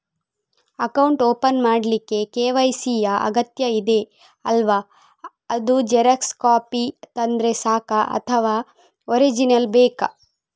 Account open ಮಾಡ್ಲಿಕ್ಕೆ KYC ಯಾ ಅಗತ್ಯ ಇದೆ ಅಲ್ವ ಅದು ಜೆರಾಕ್ಸ್ ಕಾಪಿ ತಂದ್ರೆ ಸಾಕ ಅಥವಾ ಒರಿಜಿನಲ್ ಬೇಕಾ?